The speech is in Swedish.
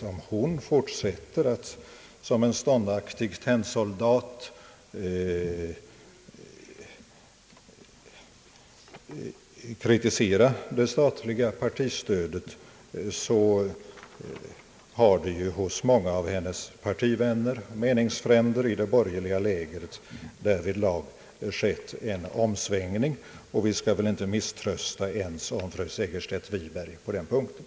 Om hon fortsätter som en ståndaktig tennsoldat att kritisera det statliga partistödet, vill jag notera att det hos många av hennes meningsfränder i det borgerliga lägret har skett en omsvängning. Vi skall väl inte misströsta ens på den punkten om fru Segerstedt Wiberg.